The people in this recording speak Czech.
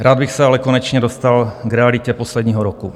Rád bych se ale konečně dostal k realitě posledního roku.